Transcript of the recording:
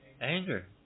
Anger